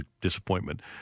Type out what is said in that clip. disappointment